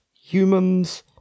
humans